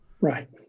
right